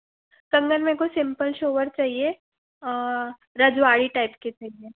कंगन में कोई सिंपल सोबर चाहिए रजवाड़ी टाइप के चाहिए